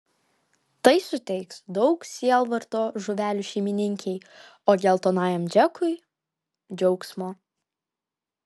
tai suteiks daug sielvarto žuvelių šeimininkei o geltonajam džekui džiaugsmo